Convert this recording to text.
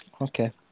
Okay